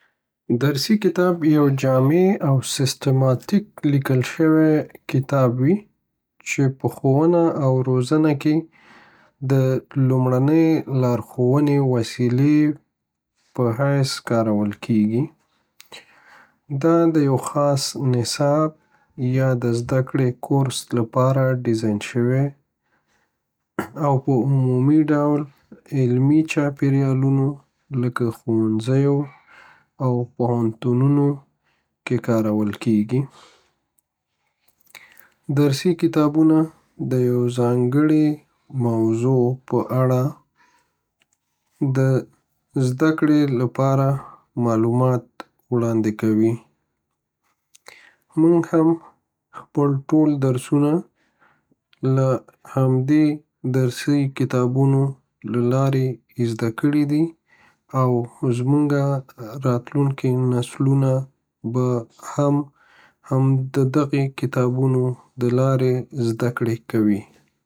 درسی کتاب یو جامع او ستیماتیک لیکل شوی کتاب وی چی په ښونه او روزنه کب د لمړنی لاښونی د وسیلی په حیث کارول کیږی. دا د یو خاص نصاب یا د زدکړی کورس لپاره ډیزاین شوی او په عمومی ډول علمی چاپیریالونو لکه ښوونځیو او پوهنتونونو کی کارول کیږی. درسی کتابونه د یوی ځانګړی موضوع په اړه د زدکړو لپاره معلومات وړاندی کوی، مونږ هم خپل ټول درسونه له همدب درسی کتابونو له لاری ایزده کړی او زمنږ راتلونکی نسلونه به هم دی درسی کتابونو له لاری زدکړی کوی